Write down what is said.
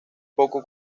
poco